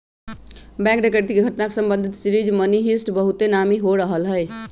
bank डकैती के घटना से संबंधित सीरीज मनी हीस्ट बहुते नामी हो रहल हइ